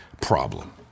problem